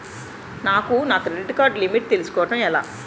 నాకు నా credit card limit తెలుసుకోవడం ఎలా?